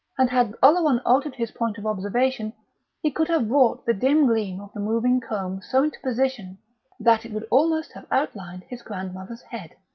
and had oleron altered his point of observation he could have brought the dim gleam of the moving comb so into position that it would almost have outlined his grandmother's head.